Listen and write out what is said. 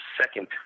second